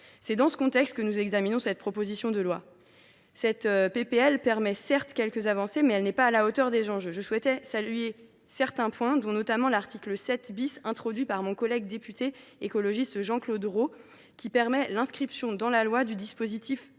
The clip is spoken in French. est le contexte dans lequel nous examinons cette proposition de loi. Ce texte permet certes quelques avancées, mais il n’est pas à la hauteur des enjeux. Je salue certains de ses points, notamment l’article 7 introduit par mon collègue député écologiste Jean Claude Raux, qui permet l’inscription dans la loi du dispositif de